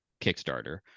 Kickstarter